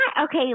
okay